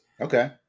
Okay